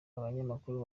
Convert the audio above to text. abanyamakuru